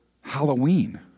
Halloween